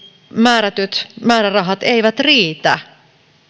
määrätyt määrärahat eivät riitä